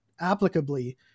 applicably